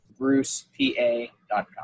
brucepa.com